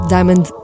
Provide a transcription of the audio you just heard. Diamond